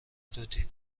توتی